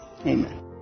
Amen